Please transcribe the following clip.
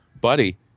Buddy